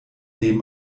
dem